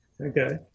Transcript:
okay